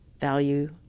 Value